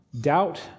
doubt